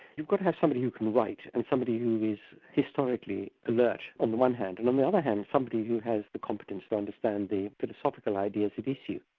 you've got to have somebody who can write and somebody who is historically alert on the one hand, and on the other hand, somebody who has the competence to understand the philosophical ideas at issue.